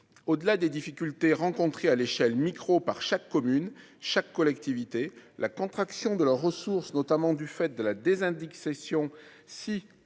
au-delà des difficultés rencontrées à l'échelle micro par chaque commune, chaque collectivité la contraction de leurs ressources, notamment du fait de la désindexation si elle